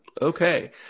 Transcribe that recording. Okay